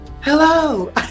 hello